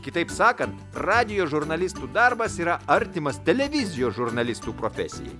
kitaip sakant radijo žurnalistų darbas yra artimas televizijos žurnalistų profesijai